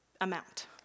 amount